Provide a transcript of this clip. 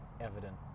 evident